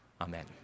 Amen